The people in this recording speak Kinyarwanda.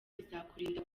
bizakurinda